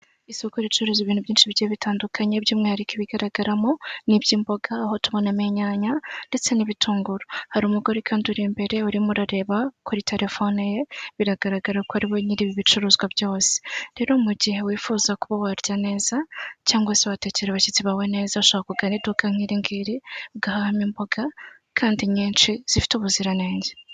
Isoko ricuruza ibintu byinshi bigiye bitandukanye by'umwihariko ibigaragaramo n'iby'imboga aho tubonamo inyanya ndetse n'ibitunguru, hari umugore kandi uri imbere urimo urareba kuri telefone ye biragaragara ko ari bo nyiri ibi bicuruzwa byose, rero mu gihe wifuza kuba warya neza cyangwa se watekera abashyitsi bawe neza ushobora kugana iduka nk'iringiri ugahahamo imboga kandi nyinshi zifite ubuziranenge.